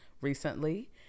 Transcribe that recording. recently